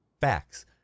facts